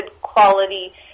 quality